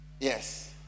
Yes